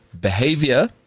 behavior